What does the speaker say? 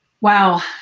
Wow